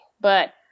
But-